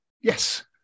yes